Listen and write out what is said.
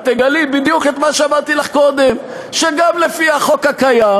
את תגלי בדיוק את מה שאמרתי לך קודם: שגם לפי החוק הקיים